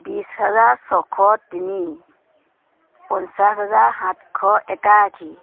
বিশ হাজাৰ ছয়শ তিনি পঞ্চাছ হাজাৰ সাতশ একাশী